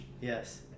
Yes